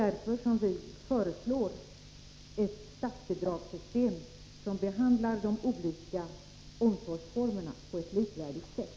Det är därför som vi föreslår ett statsbidragssystem som behandlar de olika omsorgsformerna på ett likvärdigt sätt.